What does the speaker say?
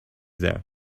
there